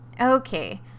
Okay